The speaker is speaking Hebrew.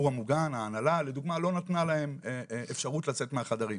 ההנהלה לדוגמה לא נתנה להם אפשרות לצאת מהחדרים,